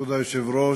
כבוד היושב-ראש,